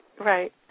Right